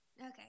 Okay